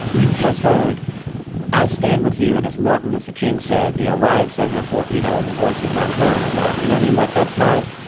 you've just heard i stand with you and. martin luther king said, you know, right, so the vote, you know, the voices unheard or whatever, you know, i mean, like, that's not